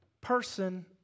person